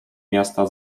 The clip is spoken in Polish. miasta